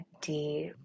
deep